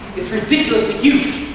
it's ridiculously huge.